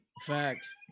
Facts